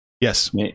Yes